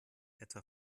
etwa